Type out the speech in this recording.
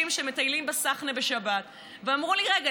שמטיילים בסחנה בשבת ואמרו לי: רגע,